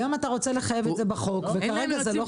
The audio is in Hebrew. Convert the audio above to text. היום אתה רוצה לחייב את בחוק, וכרגע זה לא חייב.